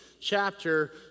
chapter